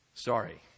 sorry